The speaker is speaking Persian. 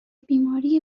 بیماری